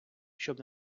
щоб